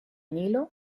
nilo